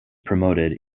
promoted